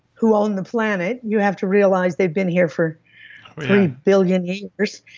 who own the planet. you have to realize they've been here for three billion years.